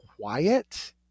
quiet